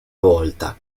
volta